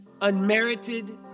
unmerited